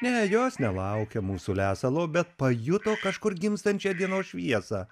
ne jos nelaukia mūsų lesalo bet pajuto kažkur gimstančią dienos šviesą